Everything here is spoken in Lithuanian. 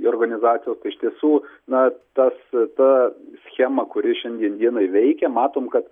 organizacijos tai iš tiesų na tas ta schema kuri šiandien dienai veikia matom kad